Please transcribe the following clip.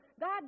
God